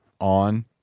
on